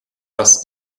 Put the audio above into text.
das